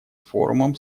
форумом